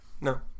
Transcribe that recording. no